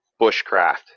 bushcraft